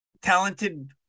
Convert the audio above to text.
talented